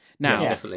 Now